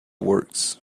works